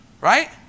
Right